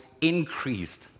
increased